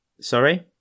sorry